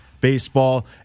baseball